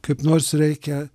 kaip nors reikia